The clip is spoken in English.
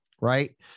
right